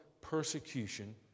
persecution